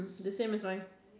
the same as mine